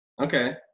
Okay